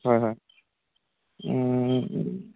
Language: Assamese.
হয় হয়